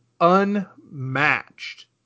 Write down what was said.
unmatched